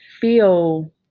feel